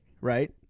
Right